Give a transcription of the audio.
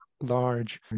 large